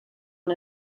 and